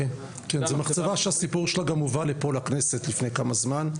זו מחצבה שהסיפור שלה גם הובא לפה לכנסת לפני כמה זמן.